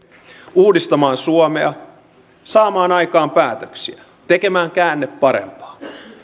uudistamaan suomea saamaan aikaan päätöksiä tekemään käänne parempaan